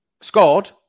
scored